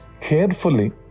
carefully